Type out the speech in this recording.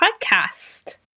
podcast